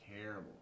terrible